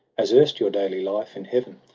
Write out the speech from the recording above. as erst, your daily life in heaven.